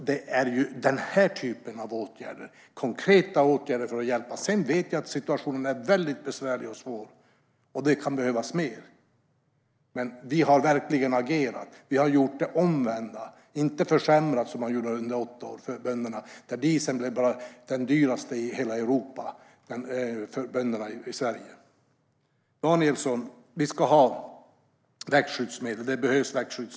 Det här är konkreta åtgärder som vi har vidtagit för att hjälpa. Sedan vet jag att situationen är väldigt besvärlig och svår och att det kan behövas mer. Men vi har verkligen agerat. Vi har inte försämrat för bönderna, som man gjorde under åtta år, utan gjort det omvända. Under alliansregeringen blev dieseln i Sverige den dyraste i hela Europa, vilket drabbade våra bönder. Danielsson! Vi ska ha växtskyddsmedel. De behövs.